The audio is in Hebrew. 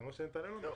כפי שנתנאל אמר.